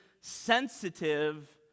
sensitive